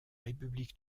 république